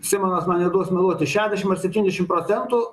simonas man neduos meluoti šešdešim ar septyndešimt procentų